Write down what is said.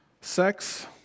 Sex